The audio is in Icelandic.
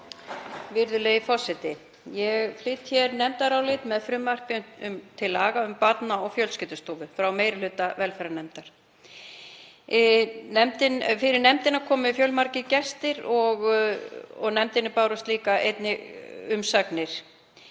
Virðulegi forseti. Ég flyt hér nefndarálit með frumvarpi til laga um Barna- og fjölskyldustofu frá meiri hluta velferðarnefndar. Fyrir nefndina komu fjölmargir gestir og nefndinni bárust einnig umsagnir